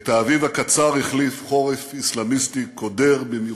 את האביב הקצר החליף חורף אסלאמיסטי קודר במיוחד.